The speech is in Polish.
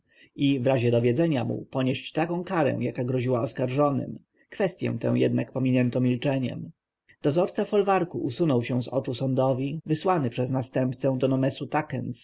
w razie dowiedzenia mu ponieść taką karę jaka groziła oskarżonym kwestję tę jednak pominięto milczeniem dozorca folwarku usunął się z oczu sądowi wysłany przez następcę do nomesu takens